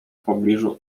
pobliżu